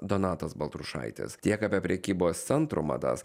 donatas baltrušaitis tiek apie prekybos centrų madas